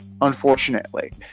unfortunately